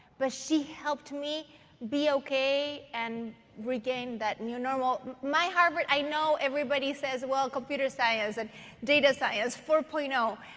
but she helped me be ok and regain that new normal. my harvard i know everybody says, well, computer science and data science four point zero.